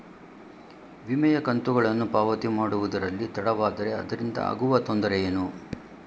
ವಿಮೆಯ ಕಂತುಗಳನ್ನು ಪಾವತಿ ಮಾಡುವುದರಲ್ಲಿ ತಡವಾದರೆ ಅದರಿಂದ ಆಗುವ ತೊಂದರೆ ಏನು?